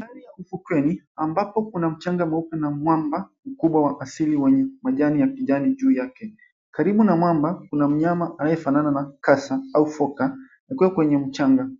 Mandhari ya ufukweni, ambapo kuna mchanga mweupe na mwamba mkubwa wa asili wenye majani ya kijani juu yake. Karibu na mwamba kuna mnyama anayefanana na kasa au foka akiwa kwenye mchanga.